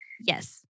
Yes